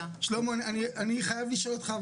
אני חושב שהמדינה צריכה להביא הרבה פחות,